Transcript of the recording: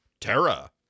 Terra